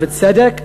ובצדק,